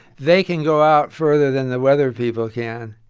they can go out further than the weather people can.